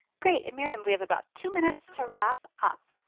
great and miriam we have about two minutes to wrap up.